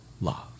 love